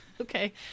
okay